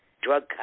drug